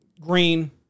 Green